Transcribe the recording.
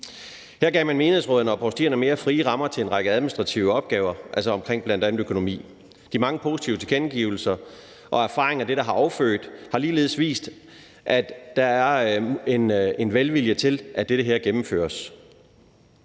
Her gav man menighedsrådene og provstierne mere frie rammer til en række administrative opgaver, altså omkring bl.a. økonomi. De mange positive tilkendegivelser og erfaringer, dette har affødt, har vist, at der er en velvilje til, at det her gennemføres.